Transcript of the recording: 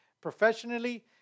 professionally